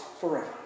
forever